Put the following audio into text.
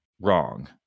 wrong